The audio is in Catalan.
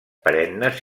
perennes